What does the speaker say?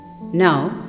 Now